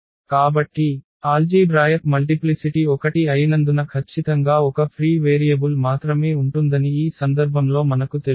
కాబట్టి algebraic multiplicity 1 అయినందున ఖచ్చితంగా ఒక ఫ్రీ వేరియబుల్ మాత్రమే ఉంటుందని ఈ సందర్భంలో మనకు తెలుసు